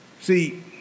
See